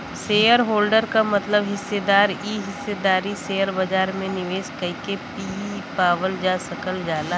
shareholder क मतलब हिस्सेदार इ हिस्सेदारी शेयर बाजार में निवेश कइके भी पावल जा सकल जाला